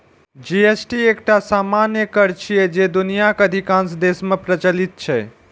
GST एकटा सामान्य कर छियै, जे दुनियाक अधिकांश देश मे प्रचलित छै